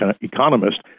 economist